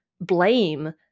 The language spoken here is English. blame